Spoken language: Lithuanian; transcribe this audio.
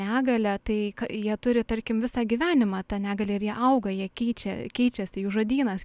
negalią tai ką jie turi tarkim visą gyvenimą ta negalią ir jie auga jie keičia keičiasi jų žodynas